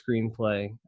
screenplay